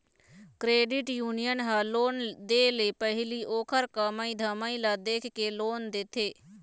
credit union ह loan दे ले पहिली ओखर कमई धमई ल देखके लोन देथे